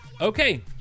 Okay